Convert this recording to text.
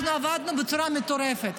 אנחנו עבדנו בצורה מטורפת.